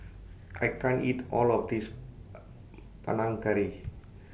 I can't eat All of This Panang Curry